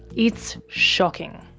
it's shocking.